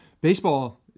Baseball